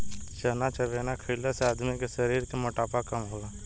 चना चबेना खईला से आदमी के शरीर के मोटापा कम होला